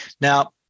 Now